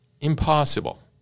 impossible